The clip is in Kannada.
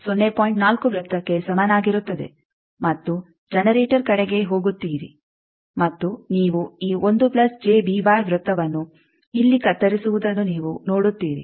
4 ವೃತ್ತಕ್ಕೆ ಸಮನಾಗಿರುತ್ತದೆ ಮತ್ತು ಜನರೇಟರ್ ಕಡೆಗೆ ಹೋಗುತ್ತೀರಿ ಮತ್ತು ನೀವು ಈ ವೃತ್ತವನ್ನು ಇಲ್ಲಿ ಕತ್ತರಿಸುವುದನ್ನು ನೀವು ನೋಡುತ್ತೀರಿ